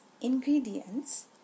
ingredients